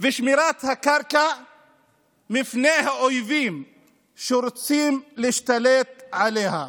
ושמירת הקרקע מפני האויבים שרוצים להשתלט עליה.